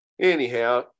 Anyhow